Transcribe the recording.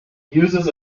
uses